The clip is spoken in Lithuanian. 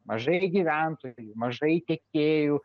mažai gyventojų mažai tiekėjų